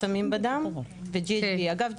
סמים בדם ו- GHB אגב,